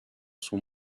sont